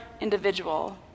individual